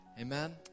Amen